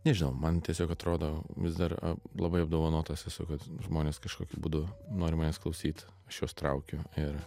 nežinau man tiesiog atrodo vis dar a labai apdovanotas esu kad žmonės kažkokiu būdu nori manęs klausyt aš juos traukiu ir